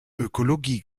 ökologie